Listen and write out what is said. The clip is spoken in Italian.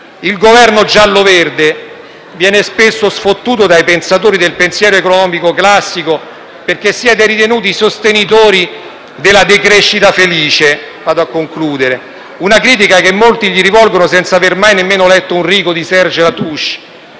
del Governo giallo-verde venite spesso sfottuti dai pensatori del pensiero economico classico perché siete ritenuti i sostenitori della decrescita felice, una critica che molti vi rivolgono senza aver mai nemmeno letto una riga di Serge Latouche.